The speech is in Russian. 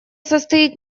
состоит